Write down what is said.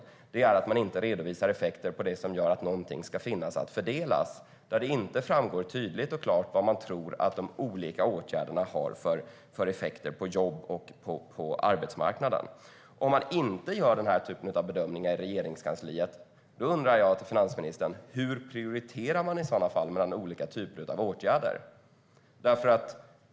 Problemet är att man inte redovisar effekter av det som gör att någonting ska finnas att fördela. Det framgår inte tydligt och klart vad man tror att de olika åtgärderna har för effekter på jobb och arbetsmarknad. Om man inte gör denna typ av bedömningar i Regeringskansliet, hur prioriterar man i så fall mellan olika typer av åtgärder?